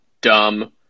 dumb